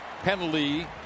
penalty